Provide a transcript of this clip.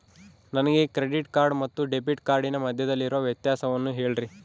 ನನಗೆ credit card ಮತ್ತು debit ಕಾರ್ಡಿನ ಮಧ್ಯದಲ್ಲಿರುವ ವ್ಯತ್ಯಾಸವನ್ನು ಹೇಳ್ರಿ?